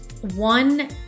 One